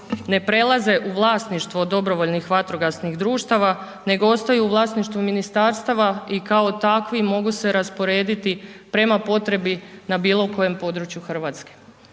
ne prelaze u vlasništvo DVD nego ostaju u vlasništvu ministarstava i kao takvi mogu se rasporediti prema potrebi na bilo kojem području RH.